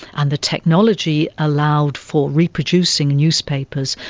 and the technology allowed for reproducing newspapers,